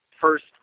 first